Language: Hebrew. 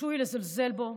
תרשו לי לזלזל בו.